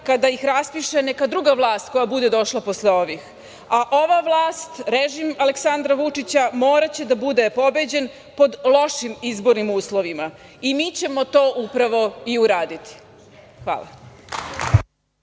kada ih raspiše neka druga vlast koja bude došla posle ovih, a ova vlast, režim Aleksandra Vučića moraće da bude pobeđen pod lošim izbornim uslovima i mi ćemo to upravo i uraditi. Hvala.